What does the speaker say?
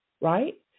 right